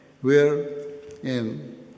wherein